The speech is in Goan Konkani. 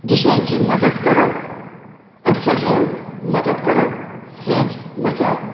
दुसऱ्यांची मदत करप अडचणल्यांक मदत करप हेंच म्हज्या